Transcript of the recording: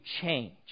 change